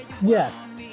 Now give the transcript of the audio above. Yes